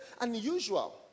unusual